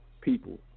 people